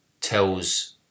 tells